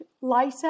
lighter